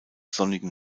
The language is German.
sonnigen